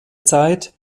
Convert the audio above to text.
zeit